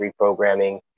reprogramming